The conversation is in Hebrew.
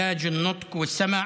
קלינאי תקשורת,